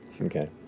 Okay